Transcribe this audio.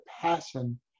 passion